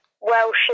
Welsh